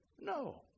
No